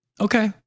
Okay